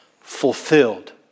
fulfilled